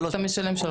אתה משלם שלוש פעמים.